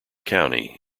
county